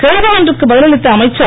கேள்வி ஒன்றுக்கு பதில் அளித்த அமைச்சர்